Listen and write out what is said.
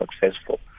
successful